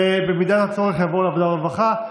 ובמידת הצורך זה יעבור לוועדת העבודה והרווחה.